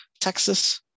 Texas